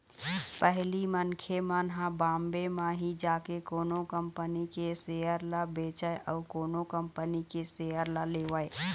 पहिली मनखे मन ह बॉम्बे म ही जाके कोनो कंपनी के सेयर ल बेचय अउ कोनो कंपनी के सेयर ल लेवय